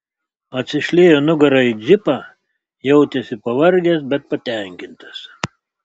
atsišliejo nugara į džipą jautėsi pavargęs bet patenkintas